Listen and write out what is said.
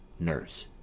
nurse.